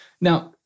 Now-